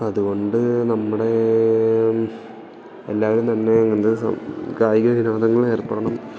അതുകൊണ്ട് നമ്മുടെ എല്ലാവരും തന്നെ ഇങ്ങനത്തെ കായിക വിനോദങ്ങളില് ഏർപ്പെടണം